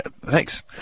Thanks